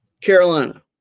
Carolina